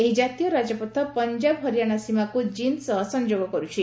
ଏହି ଜାତୀୟ ରାଜପଥ ପଞ୍ଜାବ ହରିଆଣା ସୀମାକୁ ଜିନ୍ ସହ ସଂଯୋଗ କରୁଛି